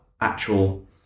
actual